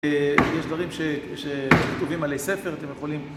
יש דברים שכתובים עלי ספר, אתם יכולים...